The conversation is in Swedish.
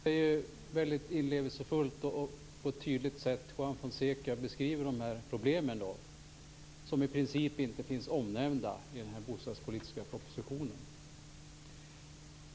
Fru talman! Juan Fonseca beskriver problemen på ett mycket inlevelsefullt och tydligt sätt. Dessa problem finns i princip inte omnämnda i den bostadspolitiska propositionen.